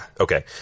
Okay